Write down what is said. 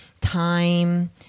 Time